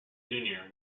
junior